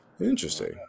Interesting